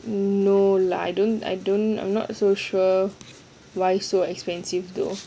no lah I don't I don't I'm not so sure why so expensive though